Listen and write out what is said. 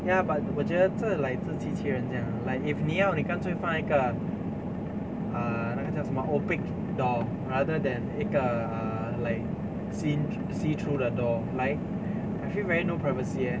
ya but 我觉得这 like 自欺欺人这样 leh like if 你要你干脆放一个 err 那个叫什么 opaque door rather than 一个 err like seen see through 的 door like I feel very no privacy eh